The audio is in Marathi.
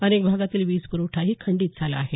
अनेक भागातील वीज पुरवठाही खंडित झाला आहे